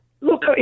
Look